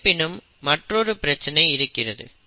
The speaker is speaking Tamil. இருப்பினும் மற்றொரு பிரச்சினை இருக்கிறது